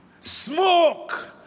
Smoke